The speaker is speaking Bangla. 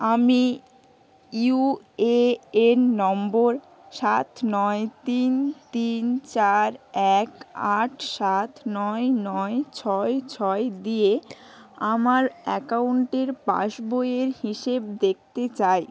আমি ইউএএন নম্বর সাত নয় তিন তিন চার এক আট সাত নয় নয় ছয় ছয় দিয়ে আমার অ্যাকাউন্টের পাসবইয়ের হিসেব দেখতে চাই